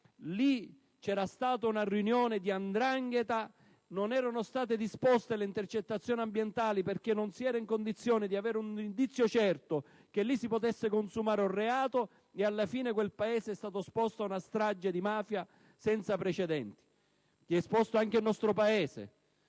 locale, ci fu una riunione di 'ndrangheta e non furono disposte le intercettazioni ambientali perché non si era in condizioni di avere un indizio certo che lì si potesse consumare un reato. Alla fine, quel Paese è stato esposto ad una strage di mafia senza precedenti,